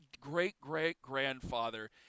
great-great-grandfather